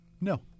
No